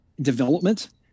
development